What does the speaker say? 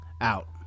Out